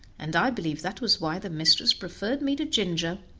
and i believe that was why the mistress preferred me to ginger,